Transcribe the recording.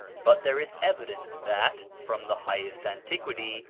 but there is evidence that, from the highest antiquity,